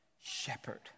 Shepherd